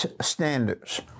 standards